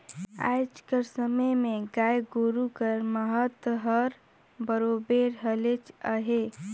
आएज कर समे में गाय गरू कर महत हर बरोबेर हलेच अहे